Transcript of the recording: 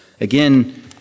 again